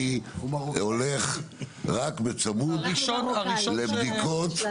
אני הולך רק בצמוד לבדיקות